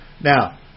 Now